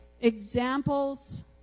examples